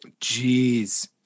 Jeez